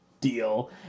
deal